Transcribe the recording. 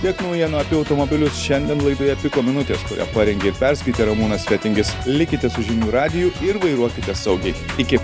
tiek naujienų apie automobilius šiandien laidoje piko minutės kurią parengė ir perskaitė ramūnas fetingis likite su žinių radiju ir vairuokite saugiai iki